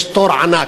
יש תור ענק,